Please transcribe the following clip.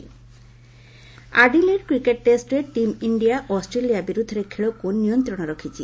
cricket Adelaide cricket ଟେଷ୍ଟରେ team India Australia ବିରୁଦ୍ଧରେ ଖେଳକୁ ନିୟନ୍ତ୍ରଣରେ ରଖିଛି